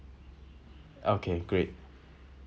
okay great